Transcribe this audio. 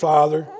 Father